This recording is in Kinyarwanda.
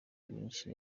byinshi